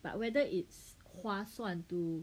but whether it's 划算 to